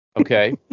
Okay